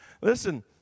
Listen